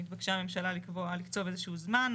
התבקשה הממשלה לקבוע, לקצוב איזה שהוא זמן.